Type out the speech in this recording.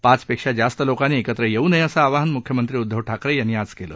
पाच पेक्षा जास्त लोकांनी एकत्र येवू नये असं आवाहन मुख्यमंत्री उद्दव ठाकरे यांनी आज केलं